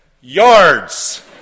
yards